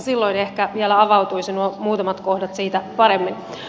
silloin ehkä vielä avautuisivat nuo muutamat kohdat siitä paremmin